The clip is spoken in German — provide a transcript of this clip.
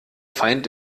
feind